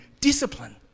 Discipline